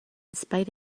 spite